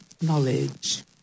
knowledge